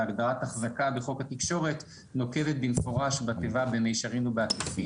והגדרת החזקה בחוק התקשורת נוקבת במפורש בתיבה "במישרין ובעקיפין".